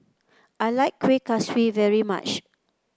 I like Kuih Kaswi very much